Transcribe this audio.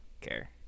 care